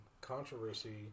controversy